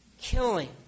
killing